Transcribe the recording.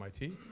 MIT